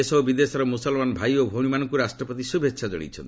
ଦେଶ ଓ ବିଦେଶର ମୁସଲମାନ ଭାଇ ଓ ଭଉଣୀମାନଙ୍କୁ ରାଷ୍ଟ୍ରପତି ଶୁଭେଚ୍ଛା ଜଣାଇଛନ୍ତି